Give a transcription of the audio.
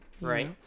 right